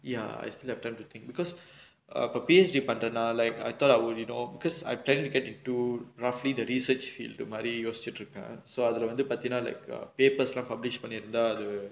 ya I still have time to think because அப்ப:appa P_H_D பண்றனால:pandranaala like I thought you would know because I planned to get it to roughly the research field மாரி யோசிச்சுட்டு இருக்கேன்:maari yosichittu irukkaen so அதுல வந்து பாத்தினா:athula vanthu paathinaa like papers எல்லா:ellaa publish பண்ணிருந்தா அது:pannirunthaa athu